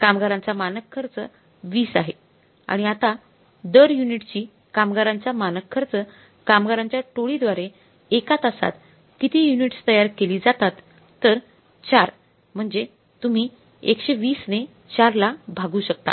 कामगारांचा मानक खर्च 20 आहे आणि आता दर युनिटची कामगारांचा मानक खर्च कामगारांच्या टोळीद्वारे एका तासात किती युनिट्स तयार केली जातात तर 4 म्हणजे तुम्ही 120 ने 4 ला भागू शकता